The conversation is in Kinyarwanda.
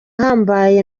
ahambaye